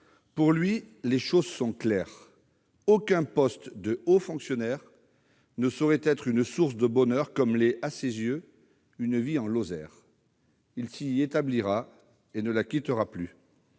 Pour lui, les choses sont claires : aucun poste de haut fonctionnaire ne saurait être une source de bonheur équivalente à une vie en Lozère. Il s'y établira et ne la quittera plus.